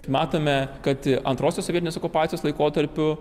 matome kad antrosios sovietinės okupacijos laikotarpiu